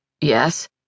Yes